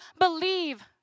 believe